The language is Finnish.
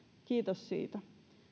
kiitos siitä